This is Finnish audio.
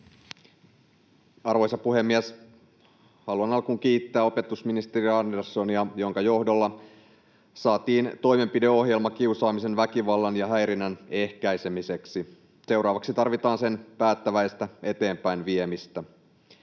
Arvoisa puhemies! Haluan alkuun kiittää opetusministeri Anderssonia, jonka johdolla saatiin toimenpideohjelma kiusaamisen, väkivallan ja häirinnän ehkäisemiseksi. Seuraavaksi tarvitaan sen päättäväistä eteenpäin viemistä.